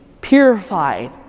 purified